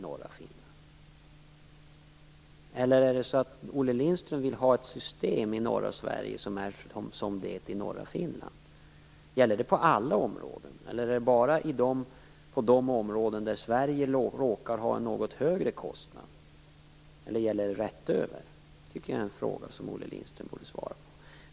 Vill Olle Lindström ha samma system i norra Sverige som finns i norra Finland? Gäller det på alla områden eller bara på de områden där Sverige råkar ha en något högre kostnad? Det är en fråga som Olle Lindström borde svara på.